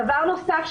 דבר נוסף,